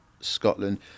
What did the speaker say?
Scotland